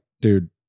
dude